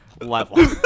level